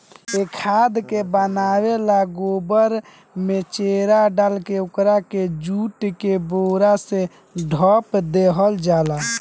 ए खाद के बनावे ला गोबर में चेरा डालके ओकरा के जुट के बोरा से ढाप दिहल जाला